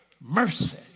mercy